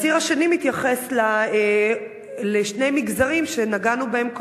הציר השני מתייחס לשני מגזרים שנגענו בהם קודם,